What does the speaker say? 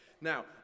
Now